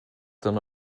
dan